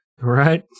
Right